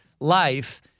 life